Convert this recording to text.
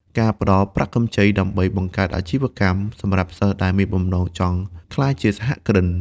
ការផ្តល់ប្រាក់កម្ចីដើម្បីបង្កើតអាជីវកម្ម សម្រាប់សិស្សដែលមានបំណងចង់ក្លាយជាសហគ្រិន។